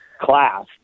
class